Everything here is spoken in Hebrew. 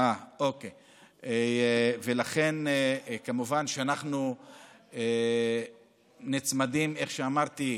ולכן כמובן שאנחנו נצמדים, כמו שאמרתי,